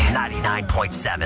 99.7